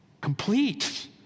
complete